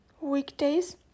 weekdays